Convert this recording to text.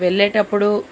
వెళ్ళేటప్పుడు